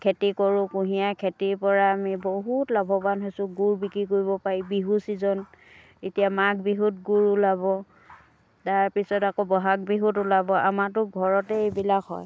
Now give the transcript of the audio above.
খেতি কৰোঁ কুঁহিয়াৰ খেতিৰ পৰা আমি বহুত লাভৱান হৈছোঁ গুড় বিক্ৰী কৰিব পাৰি বিহু চিজন এতিয়া মাঘ বিহুত গুড় ওলাব তাৰপিছত আকৌ ব'হাগ বিহুত ওলাব আমাৰতো ঘৰতে এইবিলাক হয়